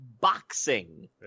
boxing